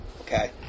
Okay